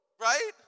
right